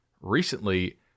recently